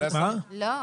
לא.